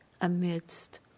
amidst